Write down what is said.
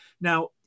Now